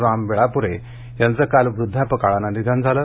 राम वेळापुरे यांचं काल वुद्धापकाळानं निधन झालं